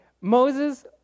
moses